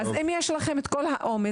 אז אם יש לכם כל האומץ,